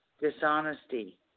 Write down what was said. dishonesty